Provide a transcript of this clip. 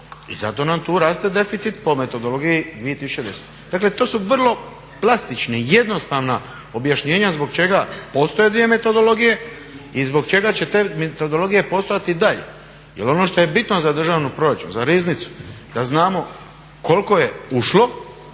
i zato nam tu raste deficit po metodologiji 2010. Dakle to su vrlo plastična, jednostavna objašnjenja zbog čega postoje 2 metodologije i zbog čega će te metodologije poslati dalje jer ono što je bitno za državni proračun, za riznicu da znamo koliko je ušlo